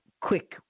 quick